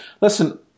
listen